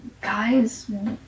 guys